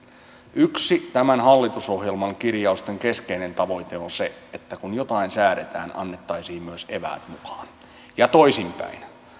yksi tämän hallitusohjelman kirjausten keskeinen tavoite on se että kun jotain säädetään annettaisiin myös eväät mukaan ja toisinpäin